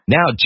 Now